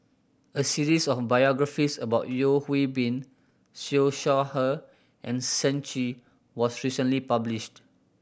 a series of biographies about Yeo Hwee Bin Siew Shaw Her and Shen Chi was recently published